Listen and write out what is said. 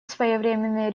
своевременные